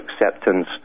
acceptance